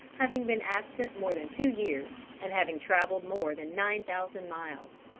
having been absent more than two years, and having traveled more than nine thousand miles.